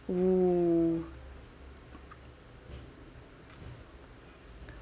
oo